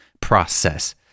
process